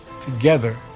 together